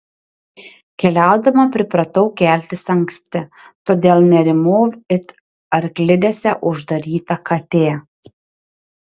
keliaudama pripratau keltis anksti todėl nerimau it arklidėse uždaryta katė